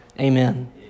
amen